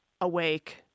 awake